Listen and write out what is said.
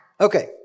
Okay